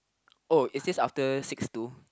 oh it says after six two